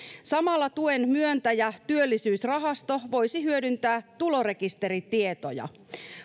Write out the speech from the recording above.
samalla tuen myöntäjä työllisyysrahasto voisi hyödyntää tulorekisteritietoja